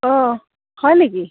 অঁ হয় নেকি